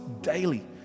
daily